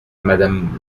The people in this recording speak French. madame